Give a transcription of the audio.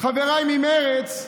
חבריי ממרצ,